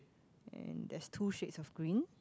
and there's two shades of green